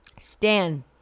Stan